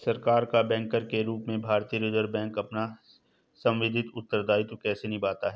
सरकार का बैंकर के रूप में भारतीय रिज़र्व बैंक अपना सांविधिक उत्तरदायित्व कैसे निभाता है?